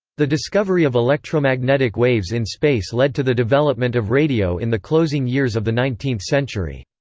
the discovery of electromagnetic waves in space led to the development of radio in the closing years of the nineteenth century.